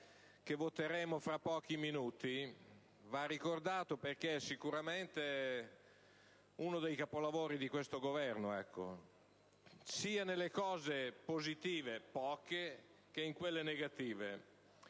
che voteremo tra pochi minuti andrà ricordato perché sicuramente è uno dei capolavori di questo Governo, sia nelle cose positive (poche), che in quelle negative.